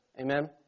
Amen